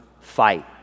fight